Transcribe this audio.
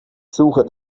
suche